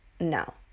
No